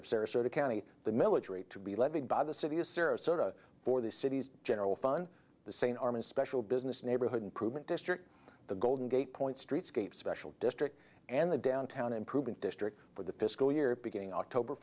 of sarasota county the military to be levied by the city of sarasota for the city's general fund the sane arm and special business neighborhood improvement district the golden gate point streetscape special district and the downtown improvement district for the fiscal year beginning october